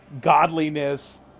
godliness